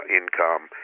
income